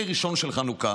נר ראשון של חנוכה,